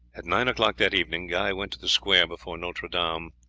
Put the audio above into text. at nine o'clock that evening guy went to the square before notre dame.